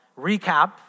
recap